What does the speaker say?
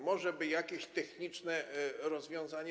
Może jakieś techniczne rozwiązanie?